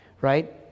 right